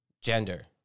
gender